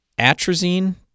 Atrazine